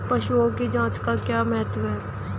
पशुओं की जांच का क्या महत्व है?